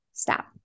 stop